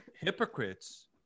hypocrites